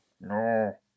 no